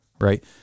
right